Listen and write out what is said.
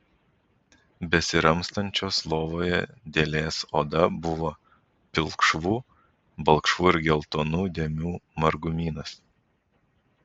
besiramstančios lovoje dėlės oda buvo pilkšvų balkšvų ir geltonų dėmių margumynas